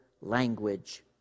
language